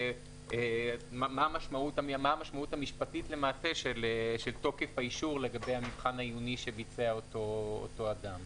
מה המשמעות המשפטית של תוקף האישור לגבי המבחן העיוני שביצע אותו אדם.